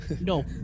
No